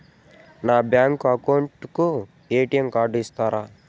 నా bank account కు ATM card ఇస్తారా